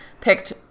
picked